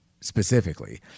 specifically